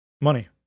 Money